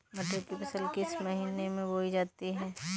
मटर की फसल किस महीने में बोई जाती है?